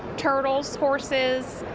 turtles, horses.